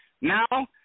Now